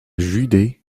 judée